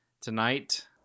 tonight